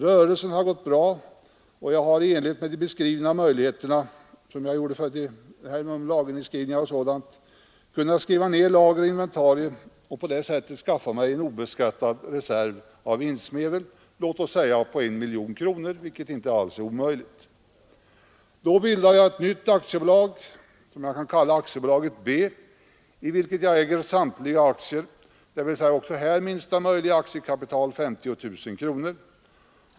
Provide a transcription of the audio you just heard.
Rörelsen har gått bra, och jag har i enlighet med de beskrivna möjligheterna kunnat skriva ned lager och inventarier och på det sättet skaffat mig en obeskattad reserv av vinstmedel på låt oss säga 1 miljon kronor, vilket inte alls är omöjligt. Då bildar jag ett nytt aktiebolag, som jag kan kalla Aktiebolaget B och i vilket jag äger samtliga aktier — även här med minsta möjliga aktiekapital, 50 000 kronor.